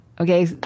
okay